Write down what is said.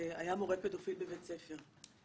כשהיה מורה פדופיל בבית ספר.